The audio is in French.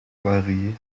varié